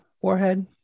forehead